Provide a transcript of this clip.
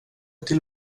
till